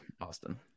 Austin